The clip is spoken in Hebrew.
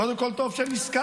קודם כול, טוב שנזכר.